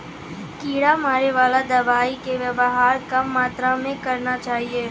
कीड़ा मारैवाला दवाइ के वेवहार कम मात्रा मे करना चाहियो